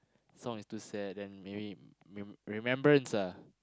song is too sad then maybe mayb~ remembrance ah